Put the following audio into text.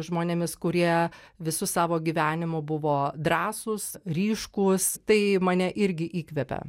žmonėmis kurie visu savo gyvenimu buvo drąsūs ryškūs tai mane irgi įkvepia